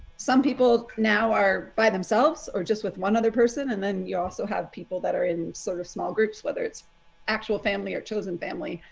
some people now are by themselves or just with one other person. and then you also have people that are in sort of small groups, whether it's actual family or chosen family,